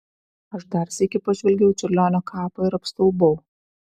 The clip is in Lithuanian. aš dar sykį pažvelgiau į čiurlionio kapą ir apstulbau